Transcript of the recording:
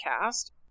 cast